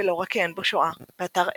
ולא רק כי אין בו שואה, באתר Xnet,